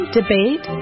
debate